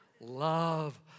Love